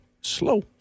slow